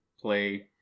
play